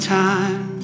time